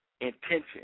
intention